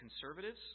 conservatives